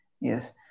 Yes